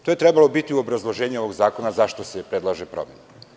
To je trebalo biti u obrazloženju ovog zakona zašto se predlaže promena.